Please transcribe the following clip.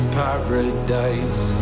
paradise